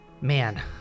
Man